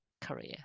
career